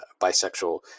bisexual